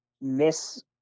miss